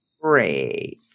Great